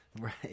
right